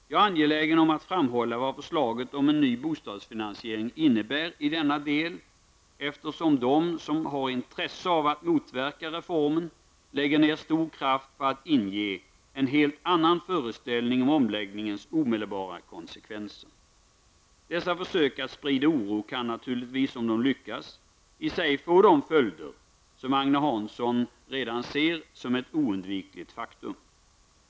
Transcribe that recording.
Jag är angelägen om att framhålla vad förslaget om en ny bostadsfinansiering innebär i denna del, eftersom de som har intresse av att motverka reformen lägger ned stor kraft på att inge en helt annan föreställning om omläggningens omedelbara konsekvenser. Dessa försök att sprida oro kan naturligtvis -- om de lyckas -- i sig få de följder som Agne Hansson redan ser som ett oundvikligt faktum.